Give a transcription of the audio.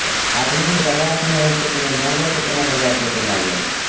तऽ आदमीके बर्दाश्त नहि होइ छै तऽ ओहिमे जानवरके कोना बर्दाश्त होतै मालजालके